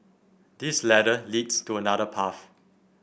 this ladder leads to another path